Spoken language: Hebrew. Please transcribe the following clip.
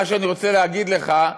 מה שאני רוצה להגיד לך,